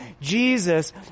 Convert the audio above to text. Jesus